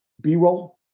B-roll